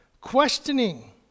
Questioning